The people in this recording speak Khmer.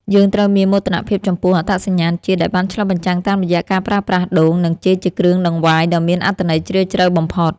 យើងត្រូវមានមោទនភាពចំពោះអត្តសញ្ញាណជាតិដែលបានឆ្លុះបញ្ចាំងតាមរយៈការប្រើប្រាស់ដូង និងចេកជាគ្រឿងដង្វាយដ៏មានអត្ថន័យជ្រាលជ្រៅបំផុត។